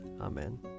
Amen